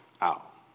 out